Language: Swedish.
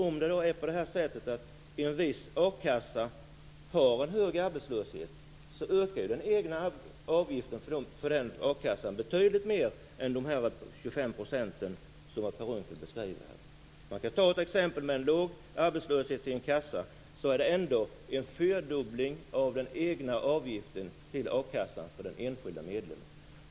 Om då medlemmarna i en viss a-kassa har en hög arbetslöshet ökar ju den egna avgiften för den akassan betydligt mer än de 25 % som Per Unckel talar om. Tar man ett exempel med en kassa där arbetslösheten bland medlemmarna är låg är det ändå en fyrdubbling av den egna avgiften till a-kassan för den enskilda medlemmen.